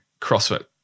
CrossFit